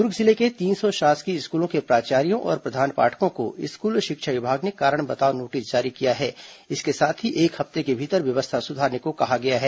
दुर्ग जिले के तीन सौ शासकीय स्कूलों के प्राचार्यों और प्रधान पाठकों को स्कूल शिक्षा विभाग ने कारण बताओ नोटिस जारी कर एक हफ्ते के भीतर व्यवस्था सुधारने कहा है